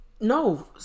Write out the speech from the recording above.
No